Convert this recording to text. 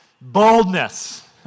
boldness